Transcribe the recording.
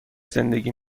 زندگی